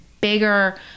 bigger